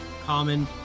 common